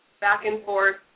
back-and-forth